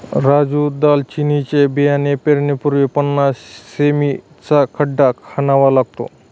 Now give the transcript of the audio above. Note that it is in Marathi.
राजू दालचिनीचे बियाणे पेरण्यापूर्वी पन्नास सें.मी चा खड्डा खणावा लागतो